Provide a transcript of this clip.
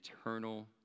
eternal